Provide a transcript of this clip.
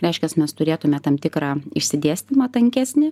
reiškias mes turėtume tam tikrą išsidėstymą tankesnį